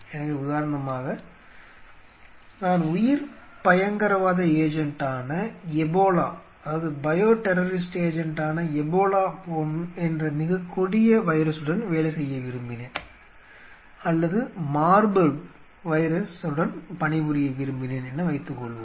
எனவே உதாரணமாக நான் உயிர்பயங்கரவாத ஏஜென்ட்டான எபோலா என்ற மிகக் கொடிய வைரஸுடன் வேலை செய்ய விரும்பினேன் அல்லது மார்பர்க் வைரஸுடன் பணிபுரிய விரும்பினேன் என வைத்துக்கொள்வோம்